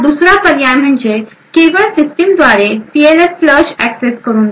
दुसरा पर्याय म्हणजे केवळ सिस्टम कॉलद्वारे सीएल फ्लश एक्सेस करू देणे